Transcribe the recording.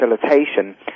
facilitation